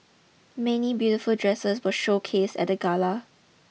many beautiful dresses were showcased at the Gala